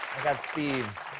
got steve's.